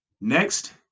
Next